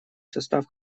состав